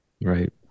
Right